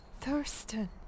Thurston